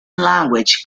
language